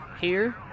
Here